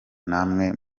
namwe